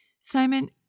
Simon